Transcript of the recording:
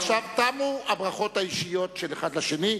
עכשיו תמו הברכות האישיות אחד לשני,